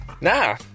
Nah